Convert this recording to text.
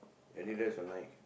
Adidas or Nike